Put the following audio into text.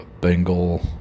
Bengal